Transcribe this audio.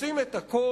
עושים את הכול,